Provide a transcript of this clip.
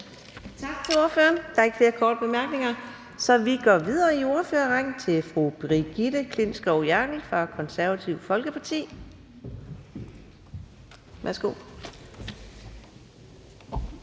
Tak til ordføreren. Der er ikke flere korte bemærkninger, så vi går videre i ordførerrækken til fru Brigitte Klintskov Jerkel fra Det Konservative Folkeparti. Værsgo.